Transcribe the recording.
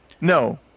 No